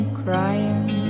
crying